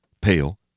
Pale